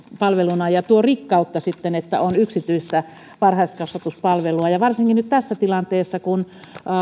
palveluina ja siihen tuo rikkautta sitten että on yksityistä varhaiskasvatuspalvelua varsinkin nyt tässä tilanteessa kun